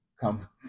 come